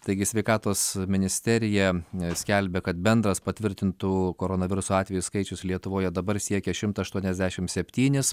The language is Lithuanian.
taigi sveikatos ministerija skelbia kad bendras patvirtintų koronaviruso atvejų skaičius lietuvoje dabar siekia šimtą aštuoniasdešimt septynis